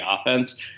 offense